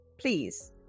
Please